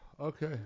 Okay